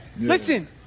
Listen